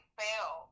fail